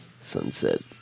sunset